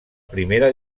primera